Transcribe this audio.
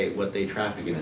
what they track